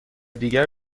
دیگر